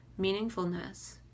meaningfulness